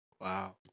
Wow